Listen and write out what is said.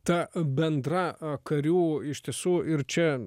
ta bendra karių iš tiesu ir čia